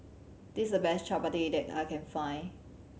this is a best Chapati that I can find